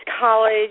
college